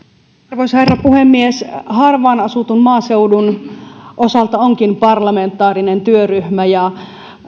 arvoisa herra puhemies harvaan asutun maaseudun osalta onkin parlamentaarinen työryhmä ja